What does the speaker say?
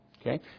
Okay